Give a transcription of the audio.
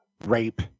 rape